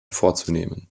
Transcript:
vorzunehmen